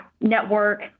network